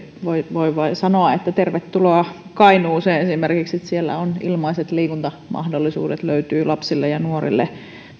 voi vain sanoa että tervetuloa esimerkiksi kainuuseen siellä löytyy ilmaiset liikuntamahdollisuudet lapsille ja nuorille